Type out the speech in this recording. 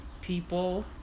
people